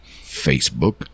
Facebook